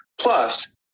plus